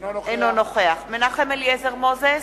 אינו נוכח מנחם אליעזר מוזס,